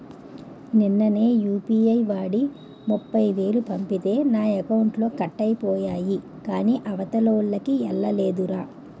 నిన్ననే యూ.పి.ఐ వాడి ముప్ఫైవేలు పంపితే నా అకౌంట్లో కట్ అయిపోయాయి కాని అవతలోల్లకి ఎల్లలేదురా